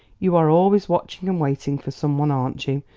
you are always watching and waiting for some one aren't you?